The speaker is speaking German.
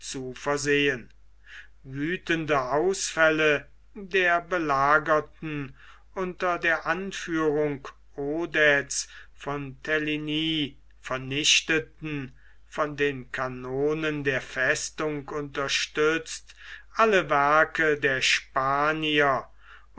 zu versehen wüthende ausfälle der belagerten unter der anführung odets von teligny vernichteten von den kanonen der festung unterstützt alle werke der spanier